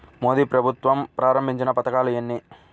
మోదీ ప్రభుత్వం ప్రారంభించిన పథకాలు ఎన్ని?